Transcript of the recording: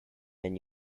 and